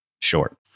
short